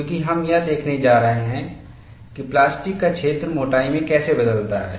क्योंकि हम यह देखने जा रहे हैं कि प्लास्टिक का क्षेत्र मोटाई में कैसे बदलता है